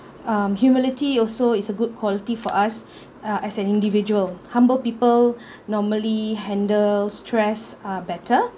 um humility also is a good quality for us uh as an individual humble people normally handle stress uh better